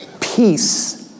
peace